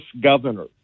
governor